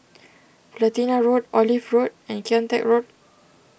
Platina Road Olive Road and Kian Teck Road